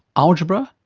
algebra,